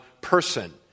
person